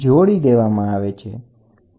બંન્ને છેડા નિશ્ચિત છે